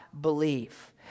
believe